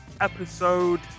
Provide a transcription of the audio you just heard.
episode